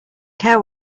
care